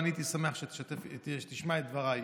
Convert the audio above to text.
והייתי שמח שתשמע את דבריי.